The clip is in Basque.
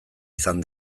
izan